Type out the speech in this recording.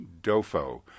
Dofo